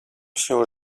się